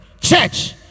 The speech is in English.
Church